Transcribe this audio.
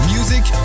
Music